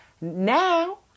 Now